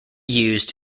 used